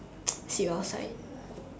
sleep outside